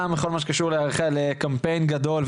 גם בכל מה שקשור לקמפיין גדול,